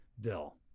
Bill